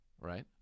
Right